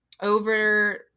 over